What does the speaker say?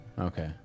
Okay